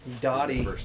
Dottie